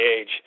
age